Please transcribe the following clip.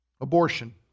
Abortion